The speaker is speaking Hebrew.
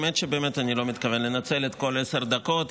האמת שבאמת אני לא מתכוון לנצל את כל עשר הדקות,